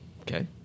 Okay